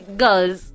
girls